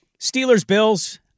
Steelers-Bills